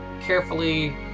carefully